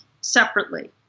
separately